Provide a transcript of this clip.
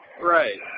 Right